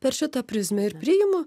per šitą prizmę ir priimu